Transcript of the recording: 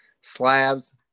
slabs